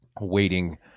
waiting